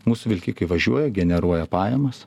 mūsų vilkikai važiuoja generuoja pajamas